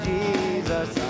Jesus